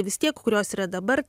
vis tiek kurios yra dabar